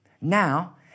Now